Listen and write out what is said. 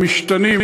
הם משתנים,